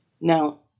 Now